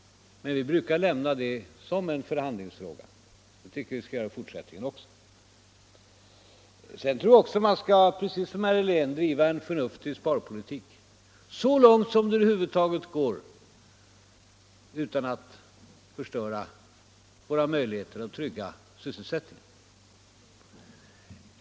Vi brukar betrakta det som en förhandlingsfråga, och det tycker jag vi skall göra i fortsättningen också. Sedan tror jag, precis som herr Helén, att man skall driva en förnuftig sparpolitik — så långt som det över huvud taget går utan att det förstör våra möjligheter att trygga sysselsättningen.